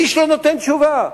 איש לא נותן תשובה.